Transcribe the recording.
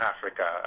Africa